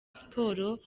sports